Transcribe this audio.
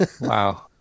Wow